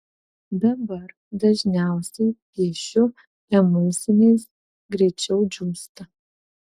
dabar dažniausiai piešiu emulsiniais greičiau džiūsta